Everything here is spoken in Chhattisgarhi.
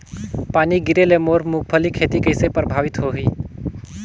पानी गिरे ले मोर मुंगफली खेती कइसे प्रभावित होही?